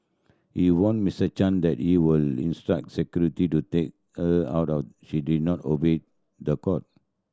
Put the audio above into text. he warned Miss Chan that he would instruct security to take her out or she did not obey the court